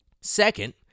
Second